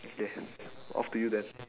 okay off to you then